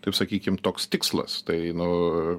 taip sakykim toks tikslas tai nu